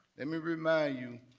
let me remind you,